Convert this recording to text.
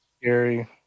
scary